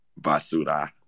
Basura